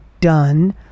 done